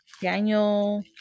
Daniel